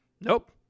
Nope